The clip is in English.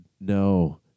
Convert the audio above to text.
No